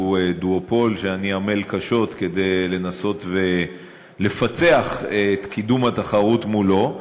שהוא דואופול שאני עמל קשות לנסות ולפצח את קידום התחרות מולו.